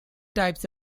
types